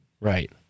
Right